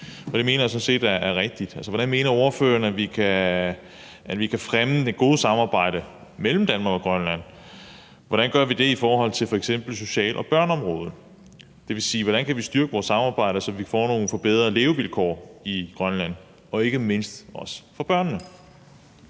Det mener jeg sådan set er rigtigt. Hvordan mener ordføreren vi kan fremme det gode samarbejde mellem Danmark og Grønland? Hvordan gør vi det i forhold til f.eks. social- og børneområdet? Altså, hvordan kan vi styrke vores samarbejde, så der bliver nogle forbedrede levevilkår i Grønland, ikke mindst for børnene?